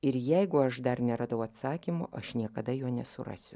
ir jeigu aš dar neradau atsakymo aš niekada jo nesurasiu